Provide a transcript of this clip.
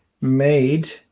made